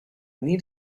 need